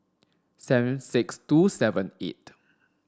seven six two seven eight